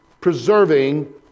preserving